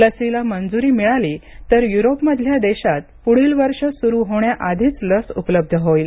लसीला मंजूरी मिळाली तर युरोपमधल्या देशात पुढील वर्ष सुरू होण्याआधीच लस उपलब्ध होईल